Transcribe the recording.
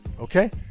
Okay